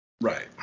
Right